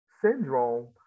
syndrome